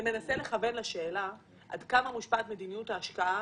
זה מנסה לכוון לשאלה עד כמה מושפעת מדיניות ההשקעה